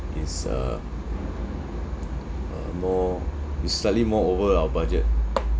is uh uh more is slightly more over our budget